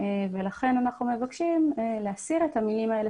ולכן אנחנו מבקשים להסיר את המילים האלה